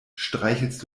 streichelst